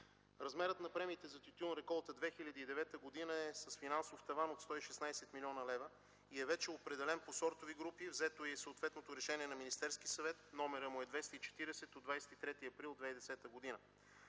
Размерът на премиите за тютюн реколта 2009 г. е с финансов таван от 116 млн. лв. и е вече определен по сортови групи, взето е и съответното решение на Министерския съвет. Номерът му е 240 от 23 април 2010 г.